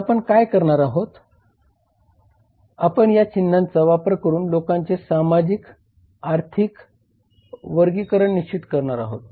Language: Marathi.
तर आपण काय करणार आहोत आपण या चिन्हांचा वापर करून लोकांचे सामाजिक आर्थिक वर्गीकरण निश्चित करणार आहोत